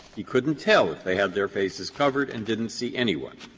he couldn't tell if they had their faces covered and didn't see anyone.